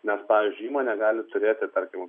nes pavyzdžiui įmonė gali turėti tarkim